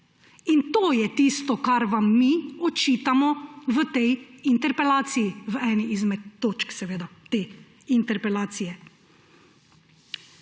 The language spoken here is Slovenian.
In to je tisto, kar vam mi očitamo v tej interpelaciji, v eni izmed točk te interpelacije.